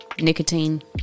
Nicotine